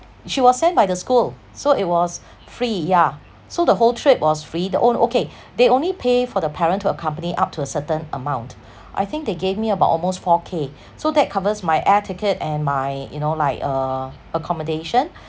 she was sent by the school so it was free yeah so the whole trip was free the own okay they only pay for the parent to accompany up to a certain amount I think they gave me about almost four K so that covers my air ticket and my you know like uh accommodation